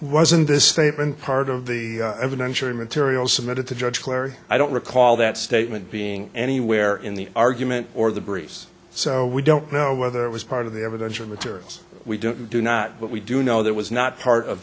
wasn't this statement part of the evidence or material submitted to judge larry i don't recall that statement being anywhere in the argument or the breeze so we don't know whether it was part of the evidence or materials we don't do not but we do know that was not part of